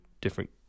different